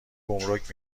گمرک